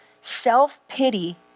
Self-pity